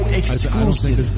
exclusive